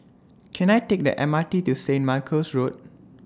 Can I Take The M R T to Saint Michael's Road